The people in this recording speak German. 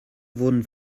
wurden